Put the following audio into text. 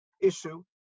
issue